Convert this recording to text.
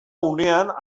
unean